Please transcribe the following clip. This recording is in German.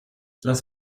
lass